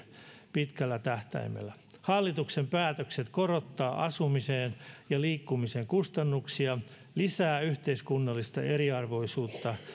pitkällä tähtäimellä hallituksen päätökset korottaa asumisen ja liikkumisen kustannuksia lisäävät yhteiskunnallista eriarvoisuutta